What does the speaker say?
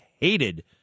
hated